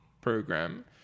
program